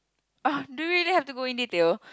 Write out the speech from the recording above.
!ugh! do we there have to go in detail